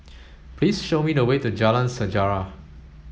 please show me the way to Jalan Sejarah